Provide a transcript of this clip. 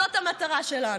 זאת המטרה שלנו,